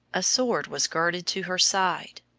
a sword was girded to her side.